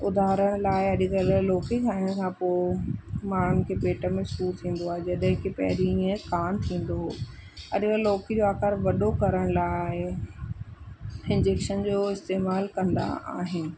उदाहरण लाइ अॼु कल्ह लौकी खाइण खां पोइ माण्हुनि खे पेट में सूरु थींदो आहे जॾहिं कि पहिरीं ईअं कान थींदो हो अॼु कल्ह लौकी जो आकार वॾो करण लाइ इंजेक्शन जो इस्तेमालु कंदा आहिनि